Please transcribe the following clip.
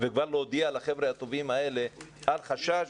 ולהודיע לחבר'ה הטובים האלה שלא יחששו,